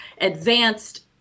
advanced